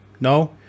No